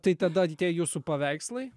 tai tada tie jūsų paveikslai